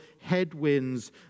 headwinds